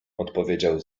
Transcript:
odpowiedział